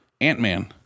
Ant-Man